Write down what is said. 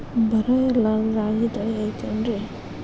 ಬರ ಇರಲಾರದ್ ರಾಗಿ ತಳಿ ಐತೇನ್ರಿ?